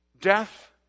death